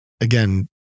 again